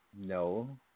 No